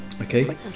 Okay